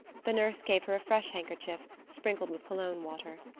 the nurse gave her a fresh handkerchief, sprinkled with cologne water.